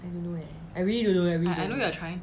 I don't know eh I really don't know eh I really don't know eh